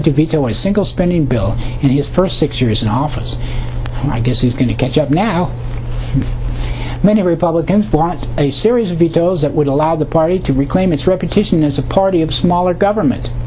veto a single spending bill in his first six years in office and i guess he's going to catch up now many republicans want a series of vetoes that would allow the party to reclaim its reputation as a party of smaller government